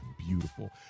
beautiful